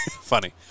Funny